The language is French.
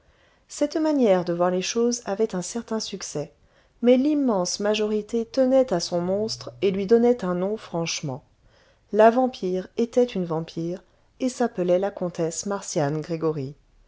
cette manière de voir les choses avait un certain succès mais l'immense majorité tenait à son monstre et lui donnait un nom franchement la vampire était une vampire et s'appelait la comtesse marcian gregoryi